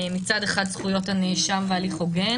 מצד אחד זכויות הנאשם והליך הוגן,